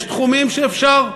יש תחומים שאפשר,